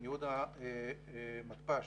המתפ"ש,